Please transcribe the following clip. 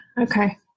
okay